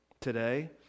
today